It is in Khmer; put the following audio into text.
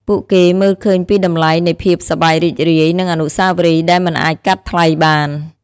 ពួកគេមើលឃើញពីតម្លៃនៃភាពសប្បាយរីករាយ និងអនុស្សាវរីយ៍ដែលមិនអាចកាត់ថ្លៃបាន។